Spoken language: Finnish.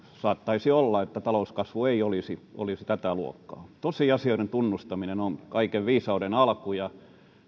saattaisi olla että talouskasvu ei olisi olisi tätä luokkaa tosiasioiden tunnustaminen on kaiken viisauden alku ja